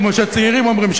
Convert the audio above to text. כמו שהצעירים אומרים,